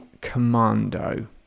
Commando